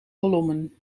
kolommen